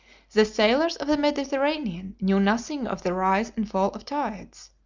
the sailors of the mediterranean knew nothing of the rise and fall of tides.